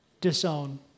disown